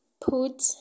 Put